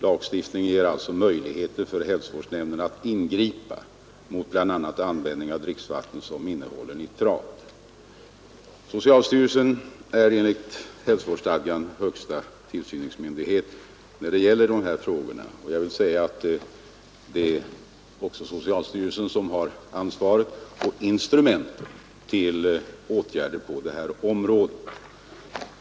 Lagstiftningen ger alltså möjligheter för hälsovårdsnämnden att ingripa mot bl.a. användning av dricksvatten som innehåller nitrat. Socialstyrelsen är enligt hälsovårdsstadgan högsta tillsynsmyndighet när det gäller dessa frågor, och det är också socialstyrelsen som har ansvaret för och instrument till åtgärder på detta område.